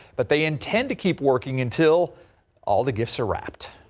but they intend to keep working until all the gifts are wrapped.